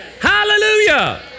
Hallelujah